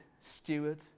steward